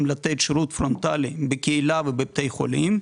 לתת שירות פרונטאלי בקהילה ובבתי חולים,